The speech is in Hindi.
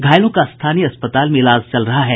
घायलों का स्थानीय अस्पताल में इलाज चल रहा है